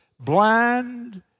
blind